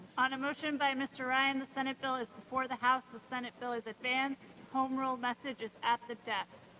on a motion by mr. ryan, the senate bill is before the house. the senate bill is advanced. home rule message is at the desk.